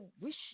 wish